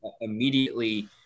immediately